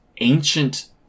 ancient